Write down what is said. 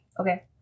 Okay